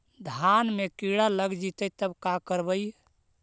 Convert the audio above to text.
धान मे किड़ा लग जितै तब का करबइ?